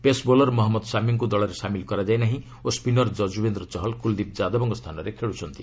pace bowler Mohammed ସାମିଙ୍କୁ ଦଳରେ ସାମିଲ କରାଯାଇ ନାହିଁ ଓ ସ୍ୱିନର ଯକ୍କୁବେନ୍ଦ୍ର ଚହଲ କୁଳଦୀପ ଯାଦବଙ୍କ ସ୍ଥାନରେ ଖେଳୁଛନ୍ତି